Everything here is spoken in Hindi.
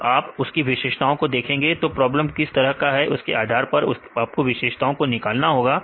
तो आप उसकी विशेषताओं को देखें तो प्रॉब्लम किस तरह का है उसके आधार पर आपको विशेषताओं को निकालना होगा